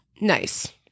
Nice